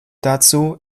dazu